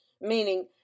Meaning